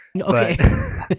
Okay